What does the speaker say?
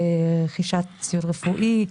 רכישת ציוד רפואי,